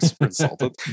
insulted